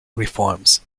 reforms